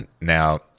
now